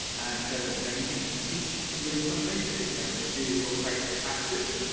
so you know if you think you can teach somebody something you know to do with your creative practice,